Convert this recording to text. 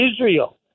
Israel